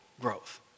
growth